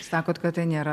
sakot kad tai nėra